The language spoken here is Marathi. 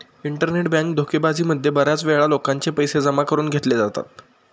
इंटरनेट बँक धोकेबाजी मध्ये बऱ्याच वेळा लोकांचे पैसे जमा करून घेतले जातात